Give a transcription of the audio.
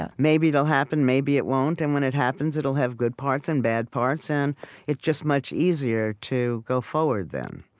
ah maybe it'll happen, maybe it won't, and when it happens, it'll have good parts and bad parts. and it's just much easier to go forward, then.